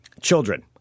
children